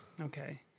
Okay